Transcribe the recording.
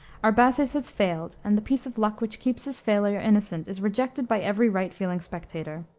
arbaces has failed, and the piece of luck which keeps his failure innocent is rejected by every right-feeling spectator.